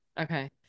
Okay